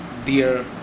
Dear